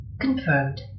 Confirmed